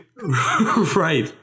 Right